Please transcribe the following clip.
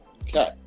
Okay